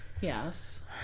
Yes